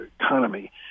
economy